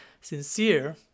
sincere